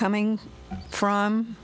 coming from